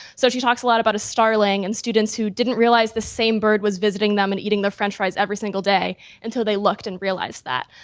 so she talks a lot about a starling and students who didn't realize the same bird was visiting them and eating the french fries every single day until they looked and realized that.